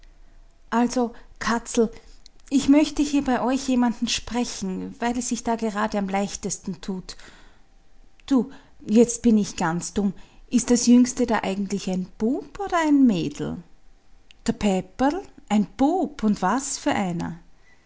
also katzel ich möchte hier bei euch jemanden sprechen weil es sich da gerade am leichtesten tut du jetzt bin ich ganz dumm ist das jüngste da eigentlich ein bub oder ein mädel der peperl ein bub und was für einer